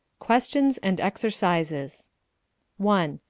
questions and exercises one.